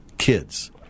kids